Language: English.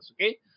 okay